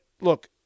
Look